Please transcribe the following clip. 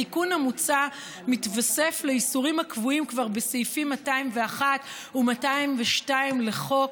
התיקון המוצע מתווסף לאיסורים הקבועים כבר בסעיפים 201 ו-202 לחוק,